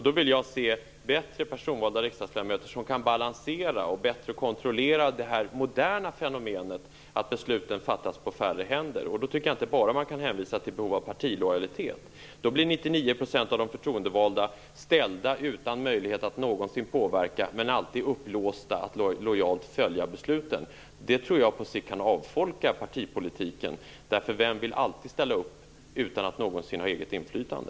Då vill jag se personval av riksdagsledamöter som bättre kan balansera och bättre kontrollera det moderna fenomenet att besluten läggs på färre händer. Då kan man inte bara hänvisa till behovet av partilojalitet, för då blir 99 % av de förtroendevalda ställda utanför möjligheten att någonsin påverka men alltid upplåsta att lojalt följa besluten. Jag tror att det på sikt kan avfolka partipolitiken. Vem vill alltid ställa upp utan att någonsin ha eget inflytande?